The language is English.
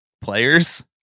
players